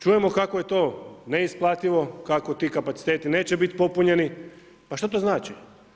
Čujemo kako je to neisplativo, kako ti kapaciteti neće biti popunjeni, pa što to znači?